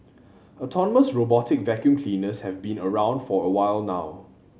autonomous robotic vacuum cleaners have been around for a while now